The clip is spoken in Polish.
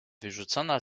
wyrzucona